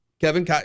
Kevin